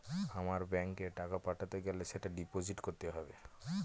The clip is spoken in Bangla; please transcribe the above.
আমার ব্যাঙ্কে টাকা পাঠাতে গেলে সেটা ডিপোজিট করতে হবে